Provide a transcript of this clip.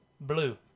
Blue